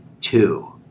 two